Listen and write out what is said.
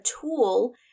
tool